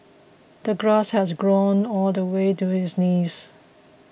the grass had grown all the way to his knees